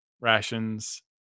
rations